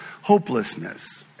hopelessness